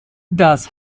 das